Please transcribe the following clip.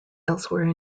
elsewhere